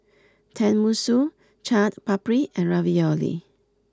Tenmusu Chaat Papri and Ravioli